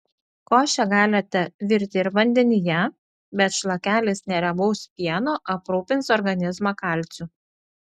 košę galite virti ir vandenyje bet šlakelis neriebaus pieno aprūpins organizmą kalciu